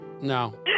No